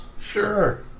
Sure